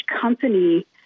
company